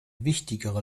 wichtigere